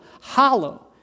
hollow